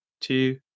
two